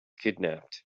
kidnapped